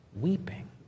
weeping